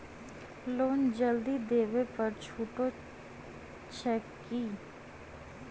Loan जल्दी देबै पर छुटो छैक की?